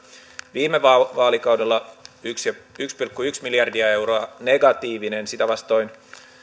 viime vaalikaudella yksi pilkku yksi miljardia euroa negatiivinen sitä vastoin